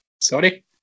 Sorry